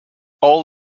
all